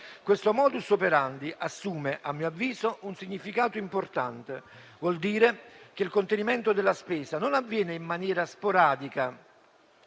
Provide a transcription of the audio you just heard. Questo *modus operandi* assume, a mio avviso, un significato importante: vuol dire che il contenimento della spesa non avviene in maniera sporadica,